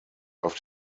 auf